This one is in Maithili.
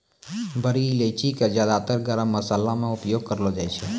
बड़ी इलायची कॅ ज्यादातर गरम मशाला मॅ उपयोग करलो जाय छै